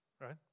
right